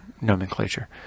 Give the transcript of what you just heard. Nomenclature